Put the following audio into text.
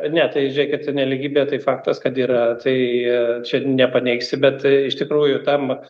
ne tai žiūrėkit nelygybė tai faktas kad yra tai čia nepaneigsi bet iš tikrųjų tam